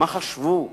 מה חשבו?